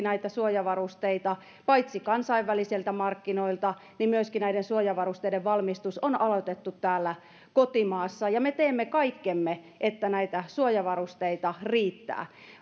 näitä suojavarusteita kansainvälisiltä markkinoilta mutta näiden suojavarusteiden valmistus on aloitettu myöskin täällä kotimaassa me teemme kaikkemme että näitä suojavarusteita riittää